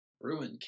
ruined